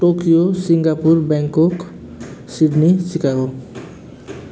Tokyo Singapore Bangkok Sydney Chicago